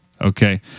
Okay